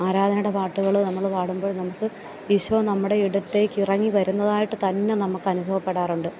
ആരാധനയുടെ പാട്ടുകൾ നമ്മൾ പാടുമ്പോൾ നമുക്ക് ഈശോ നമ്മുടെ ഇടത്തേക്ക് ഇറങ്ങി വരുന്നതായിട്ട് തന്നെ നമുക്ക് അനുഭവപ്പെടാറുണ്ട്